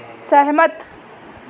सैह्मत